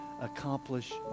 accomplish